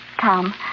Tom